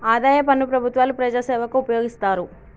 ఆదాయ పన్ను ప్రభుత్వాలు ప్రజాసేవకు ఉపయోగిస్తారు